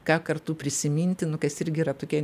ką kartu prisiminti nu kas irgi yra tokie